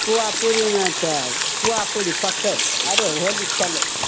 पुआ पुरीमे तऽ पुआ पुरी पकै छै आरो होली खेलै छै